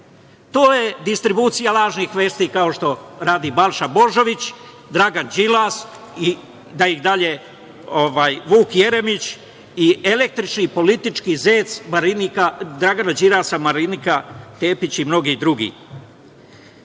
To je distribucija lažnih vesti, kao što radi Balša Božović, Dragan Đilas, Vuk Jeremić i električni politički zec Dragana Đilasa – Marinika Tepić i mnogi drugi. Svima